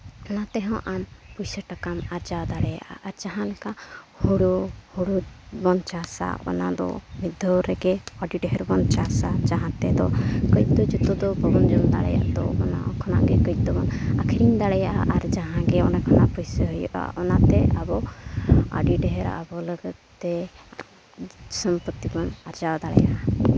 ᱚᱱᱟ ᱛᱮᱦᱚᱸ ᱟᱢ ᱯᱚᱭᱥᱟ ᱴᱟᱠᱟᱢ ᱟᱨᱡᱟᱣ ᱫᱟᱲᱮᱭᱟᱜᱼᱟ ᱟᱨ ᱡᱟᱦᱟᱸ ᱞᱮᱠᱟ ᱦᱩᱲᱩ ᱦᱩᱲᱩ ᱵᱚᱱ ᱪᱟᱥᱟ ᱚᱱᱟ ᱫᱚ ᱢᱤᱫ ᱫᱷᱟᱣ ᱨᱮᱜᱮ ᱟᱹᱰᱤ ᱰᱷᱮᱨ ᱵᱚᱱ ᱪᱟᱥᱟ ᱡᱟᱦᱟᱸ ᱛᱮᱫᱚ ᱠᱟᱹᱡ ᱫᱚ ᱡᱚᱛᱚ ᱫᱚ ᱵᱟᱵᱚᱱ ᱡᱚᱢ ᱫᱟᱲᱮᱭᱟ ᱫᱚ ᱚᱱᱟ ᱠᱷᱚᱱᱟ ᱜᱮ ᱠᱟᱹᱡ ᱫᱚᱵᱚᱱ ᱟᱠᱷᱨᱤᱧ ᱫᱟᱲᱮᱭᱟᱜᱼᱟ ᱟᱨ ᱡᱟᱦᱟᱸ ᱜᱮ ᱚᱱᱟ ᱠᱷᱚᱱᱟᱜ ᱯᱚᱭᱥᱟ ᱦᱩᱭᱩᱜᱼᱟ ᱚᱱᱟᱛᱮ ᱟᱵᱚ ᱟᱹᱰᱤ ᱰᱷᱮᱨ ᱟᱵᱚ ᱞᱟᱹᱜᱤᱫ ᱛᱮ ᱥᱚᱢᱯᱚᱛᱤ ᱵᱚᱱ ᱟᱨᱡᱟᱣ ᱫᱟᱲᱮᱭᱟᱜᱼᱟ